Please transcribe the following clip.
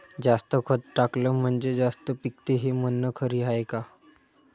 जास्त खत टाकलं म्हनजे जास्त पिकते हे म्हन खरी हाये का?